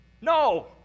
No